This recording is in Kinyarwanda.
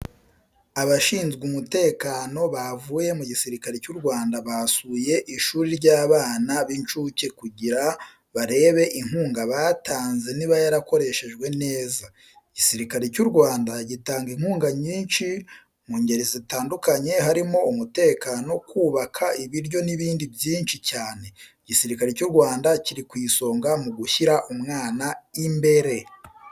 Abashinzwe umutekano bavuye mu gisirikare cy'u Rwanda basuye ishuri ry'abana b'incuke kugira barebe inkunga batanze niba yarakoreshejwe neza. Igisirikare cy'u Rwanda gitanga inkunga nyinshi mu ngeri zitandukanye harimo umutekano, kubaka, ibiryo n'ibindi byinshi cyane. Igisirikare cy'u Rwanda kiri ku isonga mu gushyira umwana imbere.